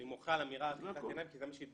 אני מוחה על האמירה אחיזת עיניים כי זה מה שהתבקשנו